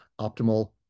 Optimal